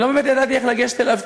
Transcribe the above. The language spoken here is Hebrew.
אני לא באמת ידעתי איך לגשת אליו,